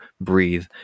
breathe